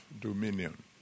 dominion